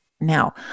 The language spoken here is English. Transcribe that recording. Now